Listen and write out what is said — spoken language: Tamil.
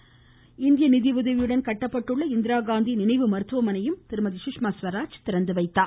முன்னதாக இந்திய நிதியுதவியுடன் கட்டப்பட்டுள்ள இந்திராகாந்தி நினைவு மருத்துவமனையையும் திருமதி சுஷ்மா ஸ்வராஜ் திறந்துவைத்தார்